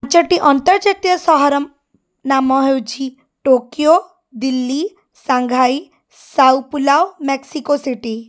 ପାଞ୍ଚଟି ଅନ୍ତର୍ଜାତୀୟ ସହରର ନାମ ହେଉଛି Tokyo Delhi Shanghai Sao Paulo Mexico city